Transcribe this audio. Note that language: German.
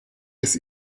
des